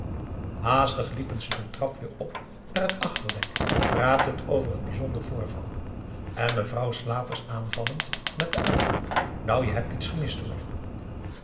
haastig liepen ze de trap weer op naar het achterdek pratend over het bijzonder voorval en mevrouw slaters aanvallend met den uitroep nou je hebt iets gemist hoor